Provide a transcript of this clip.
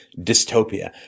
dystopia